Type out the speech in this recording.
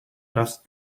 das